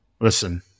Listen